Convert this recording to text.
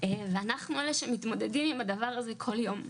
ואנחנו אלה שמתמודדים עם הדבר הזה כל יום.